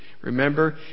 remember